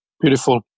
Beautiful